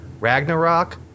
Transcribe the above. Ragnarok